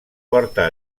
porta